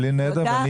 בלי נדר,